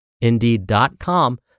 indeed.com